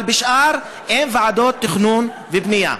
אבל בשאר אין ועדות תכנון ובנייה.